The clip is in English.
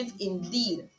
indeed